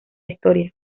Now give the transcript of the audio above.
historia